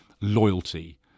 loyalty